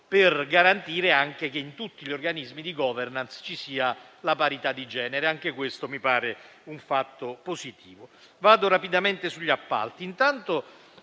per garantire anche che in tutti gli organismi di *governance* ci sia la parità di genere: anche questo mi pare un fatto positivo. Sugli appalti